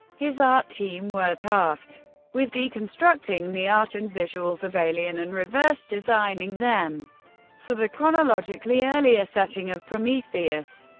his art team were tasked with deconstructing the art and visuals of alien, and reverse-designing them for the chronologically earlier setting of prometheus.